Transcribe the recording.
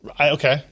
Okay